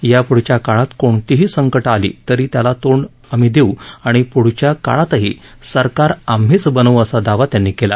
याप्ढच्या काळात कोणतीही संकटं आली तरी त्याला आम्ही तोंड देऊ आणि यापदच्या काळातही सरकार आम्हीच बनव् असा दावा त्यांनी केला